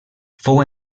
fou